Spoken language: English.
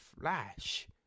flash